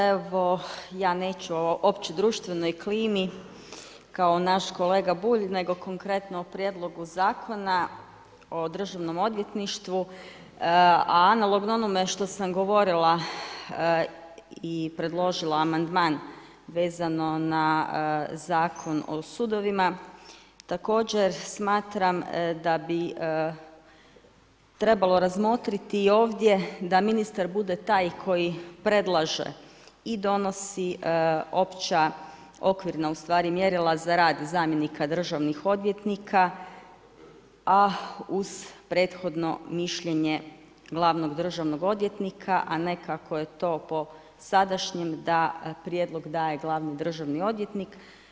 Evo ja neću o opće društvenoj klimi kao naš kolega Bulj nego konkretno o Prijedlogu zakona o Državnom odvjetništvu a analogno onome što sam govorila i predložila amandman vezano na Zakon o sudovima također smatram da bi trebalo razmotriti i ovdje da ministar bude taj koji predlaže i donosi opća, okvirna ustvari mjerila za rad zamjenika državnih odvjetnika a uz prethodno mišljenje glavnog državnog odvjetnika a ne kako je to po sadašnjem da prijedlog daje glavni državni odvjetnik.